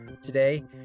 Today